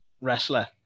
wrestler